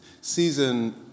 season